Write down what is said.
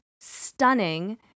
stunning